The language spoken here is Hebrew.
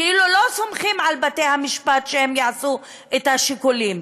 כאילו לא סומכים על בתי-המשפט שהם יעשו את השיקולים,